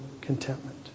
contentment